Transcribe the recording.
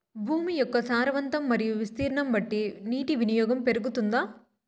భూమి యొక్క సారవంతం మరియు విస్తీర్ణం బట్టి నీటి వినియోగం పెరుగుతుందా?